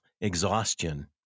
exhaustion